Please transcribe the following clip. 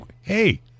hey